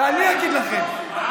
הוא יאבד את הכיסא.